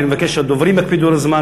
ואני מבקש שהדוברים יקפידו על הזמן.